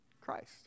Christ